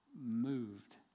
moved